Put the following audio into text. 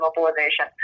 mobilization